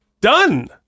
done